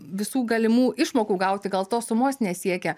visų galimų išmokų gauti gal tos sumos nesiekia